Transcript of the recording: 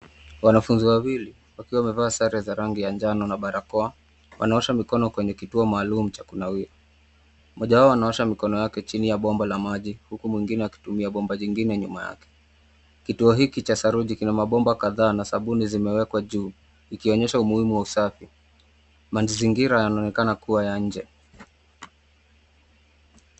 Wanafunzi wawili wakiwa wamevaa sare za rangi ya njano na barakoa wanaosha mikono kwenye kituo maalum cha kunawia. Mmoja wao anaosha mikono yake chini ya bomba la maji huku mwingine akitumia bomba jingine nyuma yake. Kituo hiki cha saruji kina mabomba kadhaa na sabuni zimewekwa juu ikionyesha umuhimu wa usafi. Mazingira yanaonekana kuwa ya nje.